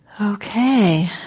Okay